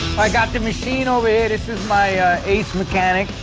i got the machine over here, this is my ace mechanic,